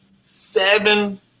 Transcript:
seven